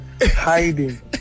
Hiding